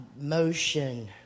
motion